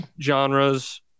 genres